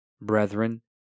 brethren